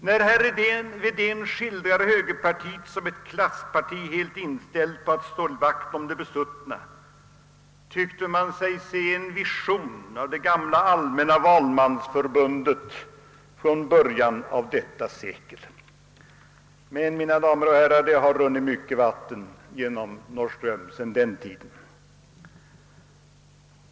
När herr Wedén skildrade högerpartiet som ett klassparti, helt inställt på att slå vakt om de besuttna, tyckte man sig se en vision av det gamla Allmänna valmansförbundet från början av seklet. Men, mina damer och herrar, det har runnit mycket vatten genom Norrström sedan den tiden.